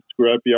scrapyard